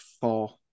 four